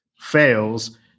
fails